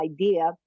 idea